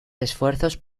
esfuerzos